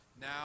now